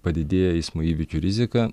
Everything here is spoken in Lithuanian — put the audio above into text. padidėja eismo įvykių rizika